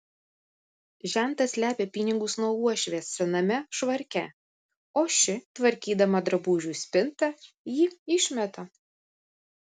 žentas slepia pinigus nuo uošvės sename švarke o ši tvarkydama drabužių spintą jį išmeta